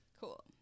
Cool